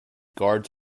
guards